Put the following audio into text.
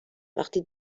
وقتی